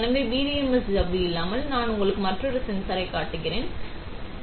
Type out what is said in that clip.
எனவே பிடிஎம்எஸ் சவ்வு இல்லாமல் நான் உங்களுக்கு மற்றொரு சென்சார் காட்டுகிறேன் சரி